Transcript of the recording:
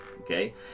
okay